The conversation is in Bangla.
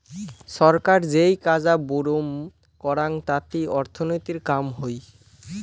ছরকার যেই কাজা বুরুম করং তাতি অর্থনীতির কাম হই